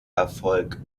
erfolg